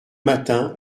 matin